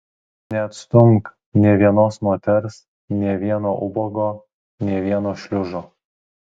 neatstumk nė vienos moters nė vieno ubago nė vieno šliužo